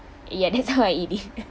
ya that's how I eat it